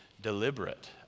deliberate